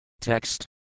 Text